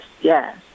yes